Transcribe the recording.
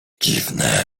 dziwne